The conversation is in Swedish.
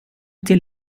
till